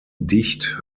dicht